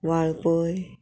Valpoi